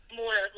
more